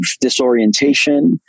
disorientation